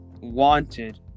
wanted